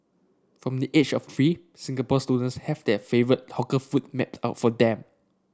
from the age of three Singapore students have their favourite hawker food mapped out for them